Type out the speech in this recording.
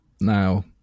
now